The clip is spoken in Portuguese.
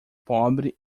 pobre